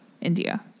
India